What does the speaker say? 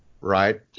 Right